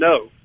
no